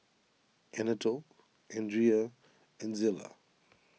Anatole andria and Zillah